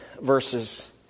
verses